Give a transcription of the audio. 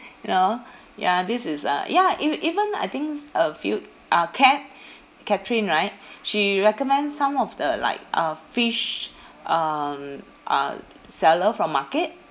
you know ya this is uh ya ev~ even I thinks a few uh cat catherine right she recommend some of the like uh fish um uh seller from market